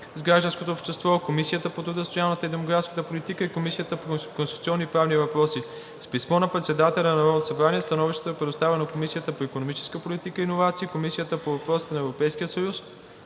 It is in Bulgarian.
гражданското общество, Комисията по труда, социалната и демографската политика и Комисията по конституционни и правни въпроси. С писмо на председателя на Народното събрание становището е предоставено на Комисията по икономическа политика и иновации, Комисията по въпросите на Европейския съюз